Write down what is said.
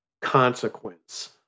consequence